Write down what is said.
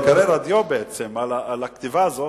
הדיו על הכתיבה הזאת,